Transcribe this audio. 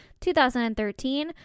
2013